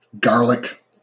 Garlic